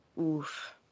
Oof